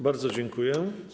Bardzo dziękuję.